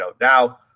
Now